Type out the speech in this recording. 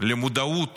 למודעות